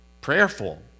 prayerful